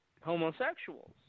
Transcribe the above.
homosexuals